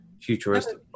futuristic